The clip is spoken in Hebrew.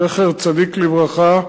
זכר צדיק לברכה,